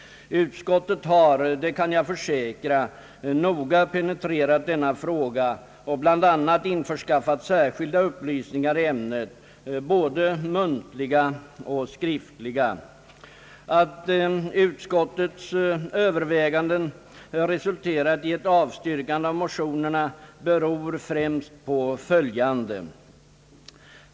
Utskottet har, det kan jag försäkra, noga penetrerat denna fråga och bl.a. införskaffat särskilda upplysningar i ämnet, både muntliga och skriftliga. Att utskottets överväganden resulterat i ett avstyrkande av motionerna beror främst på följande.